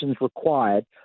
required